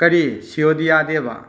ꯀꯔꯤ ꯁꯤ ꯑꯣ ꯗꯤ ꯌꯥꯗꯦꯕ